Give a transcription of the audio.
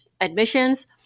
admissions